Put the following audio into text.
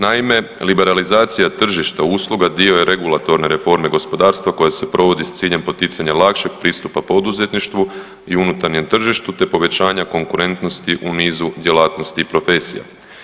Naime, liberalizacija tržišta usluga dio je regulatorne reforme gospodarstva koja se provodi s ciljem poticanja lakšeg pristupa poduzetništvu i unutarnjem tržištu te povećanja konkurentnosti u niz djelatnosti i profesija.